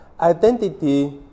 identity